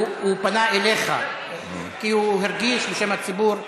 הוא פנה אליך כי הוא הרגיש, בשם הציבור,